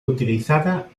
utilizada